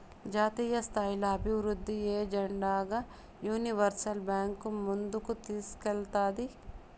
జాతీయస్థాయిల అభివృద్ధి ఎజెండాగా యూనివర్సల్ బాంక్ ముందుకు తీస్కేల్తాది